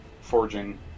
forging